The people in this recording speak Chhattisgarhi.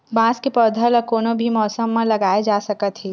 बांस के पउधा ल कोनो भी मउसम म लगाए जा सकत हे